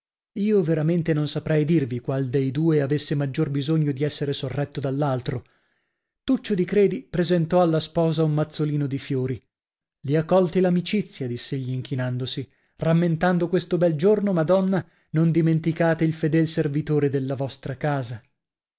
io veramente non saprei dirvi quale del due avesse maggior bisogno di essere sorretto dall'altro tuccio di credi presentò alla sposa un mazzolino di fiori li ha colti l'amicizia diss'egli inchinandosi rammentando questo bel giorno madonna non dimenticate il fedel servitore della vostra casa